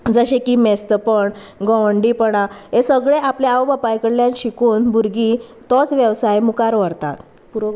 जशें की मेस्तपण गवंडीपणां हे सगळें आपले आवय बापाय कडल्यान शिकून भुरगीं तोच वेवसाय मुखार व्हरतात पुरो